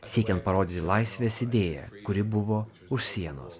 siekiant parodyti laisvės idėją kuri buvo už sienos